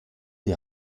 die